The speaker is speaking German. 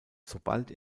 sobald